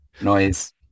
noise